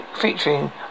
featuring